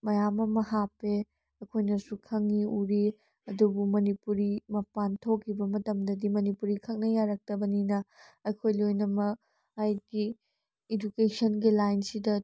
ꯃꯌꯥꯝ ꯑꯃ ꯍꯥꯞꯄꯦ ꯑꯩꯈꯣꯏꯅꯁꯨ ꯈꯪꯏ ꯎꯔꯤ ꯑꯗꯨꯕꯨ ꯃꯅꯤꯄꯨꯔꯤ ꯃꯄꯥꯟ ꯊꯣꯛꯈꯤꯕ ꯃꯇꯝꯗꯗꯤ ꯃꯅꯤꯄꯨꯔꯤ ꯈꯛꯅ ꯌꯥꯔꯛꯇꯕꯅꯤꯅ ꯑꯩꯈꯣꯏ ꯂꯣꯏꯅꯃꯛ ꯍꯥꯏꯗꯤ ꯏꯗꯨꯀꯦꯁꯟꯒꯤ ꯂꯥꯏꯟꯁꯤꯗ